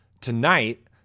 Tonight